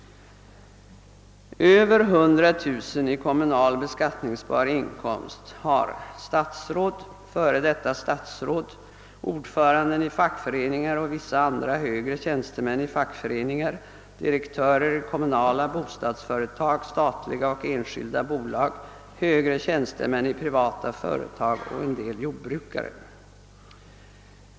Över 100 000 kronor i kommunal beskattningsbar inkomst har statsråd, f. d. statsråd, ordförande i fackföreningar och vissa andra högre tjänstemän i fackföreningar, direktörer i kommunala bostadsföretag samt i statliga och andra företag, högre tjänstemän i privata företag och en del jordbrukare.